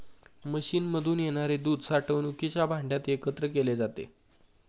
मशीनमधून येणारे दूध साठवणुकीच्या भांड्यात एकत्र केले जाते